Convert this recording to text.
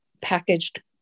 packaged